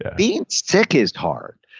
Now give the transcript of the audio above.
being sick is hard.